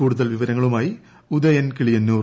കൂടുതൽവിവരങ്ങളുമായി Udayan Kiliyannur